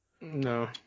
No